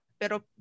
pero